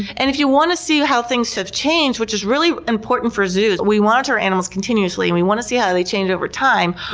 and if you want to see how things have changed, which is really important for zoos, we monitor our animals continuously and we want to see how they change over time.